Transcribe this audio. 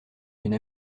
une